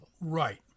Right